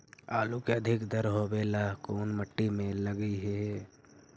आलू के अधिक दर होवे ला कोन मट्टी में लगीईऐ?